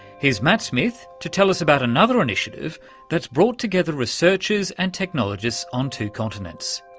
here's matt smith to tell us about another initiative that's brought together researchers and technologists on two continents.